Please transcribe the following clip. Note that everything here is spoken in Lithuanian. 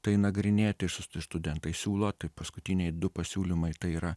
tai nagrinėti ir su ir studentai siūlo kaip paskutiniai du pasiūlymai tai yra